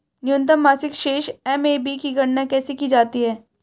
न्यूनतम मासिक शेष एम.ए.बी की गणना कैसे की जाती है?